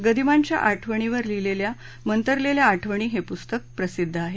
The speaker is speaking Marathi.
गदिमांच्या आठवणींवर लिहिलेलं मंतरलेल्या आठवणी हे पुस्तक प्रसिद्ध आहे